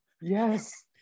Yes